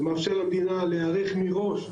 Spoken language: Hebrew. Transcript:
זה מאפשר למדינה להיערך מראש עם